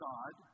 God